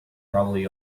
probably